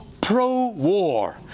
pro-war